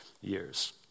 years